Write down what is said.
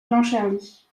clancharlie